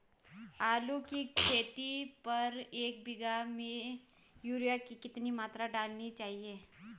आलू की खेती पर एक बीघा में यूरिया की कितनी मात्रा डालनी चाहिए?